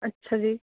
ਅੱਛਾ ਜੀ